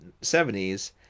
70s